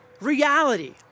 Reality